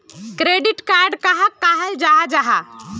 Credit card कहाक कहाल जाहा जाहा?